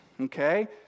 okay